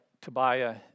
Tobiah